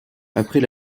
après